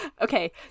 Okay